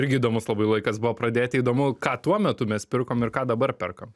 irgi įdomus labai laikas buvo pradėti įdomu ką tuo metu mes pirkom ir ką dabar perkam